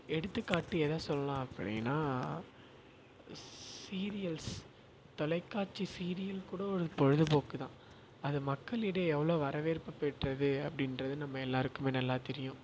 எடுத்துக்காட்டு எதை சொல்லலாம் அப்படின்னா சீரியல்ஸ் தொலைக்காட்சி சீரியல் கூட ஒரு பொழுதுபோக்கு தான் அது மக்களிடையே எவ்வளோ வரவேற்பு பெற்றது அப்படின்றது நம்ம எல்லாேருக்குமே நல்லா தெரியும்